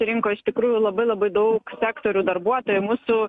rinkoj iš tikrųjų labai labai daug sektorių darbuotojų mūsų